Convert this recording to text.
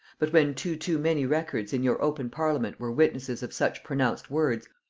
but when too too many records in your open parliament were witnesses of such pronounced words,